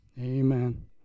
amen